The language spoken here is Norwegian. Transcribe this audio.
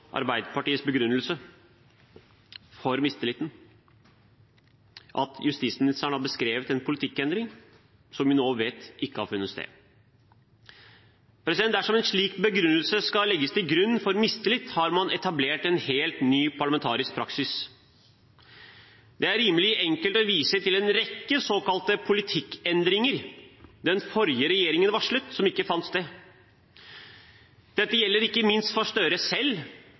Arbeiderpartiets begrunnelse for mistilliten at justisministeren har beskrevet en politikkendring som vi nå vet ikke har funnet sted. Dersom en slik begrunnelse skal legges til grunn for mistillit, har man etablert en helt ny parlamentarisk praksis. Det er rimelig enkelt å vise til en rekke såkalte politikkendringer den forrige regjeringen varslet, som ikke fant sted. Dette gjelder ikke minst for Gahr Støre selv,